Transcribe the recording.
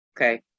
okay